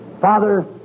Father